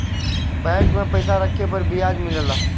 bank में पइसा रखे पर बियाज मिलला